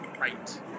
Right